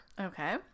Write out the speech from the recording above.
Okay